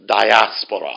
diaspora